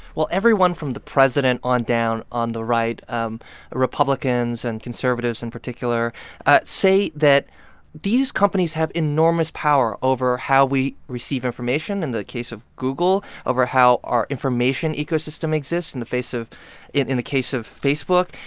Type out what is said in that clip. well, everyone from the president on down on the right um republicans and conservatives, in particular say that these companies have enormous power over how we receive information in the case of google, over how our information ecosystem exists in the face of in in the case of facebook,